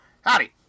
howdy